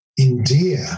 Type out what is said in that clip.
endear